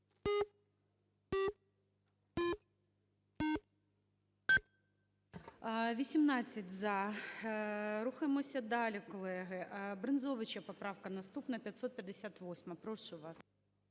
За-18 Рухаємося далі, колеги. Брензовичапоправка наступна – 558. Прошу вас.